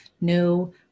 no